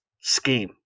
scheme